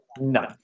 no